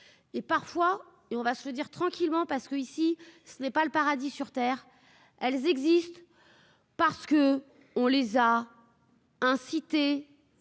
et, parfois, et on va se le dire tranquillement parce que ici, ce n'est pas le paradis sur terre, elles existent, parce que, on les a. Inciter